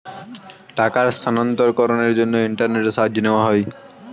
টাকার স্থানান্তরকরণের জন্য ইন্টারনেটের সাহায্য নেওয়া হয়